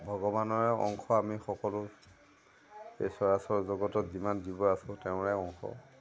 ভগৱানৰে অংশ আমি সকলো এই চৰাচৰ জগতত যিমান জীৱ আছোঁ তেওঁৰে অংশ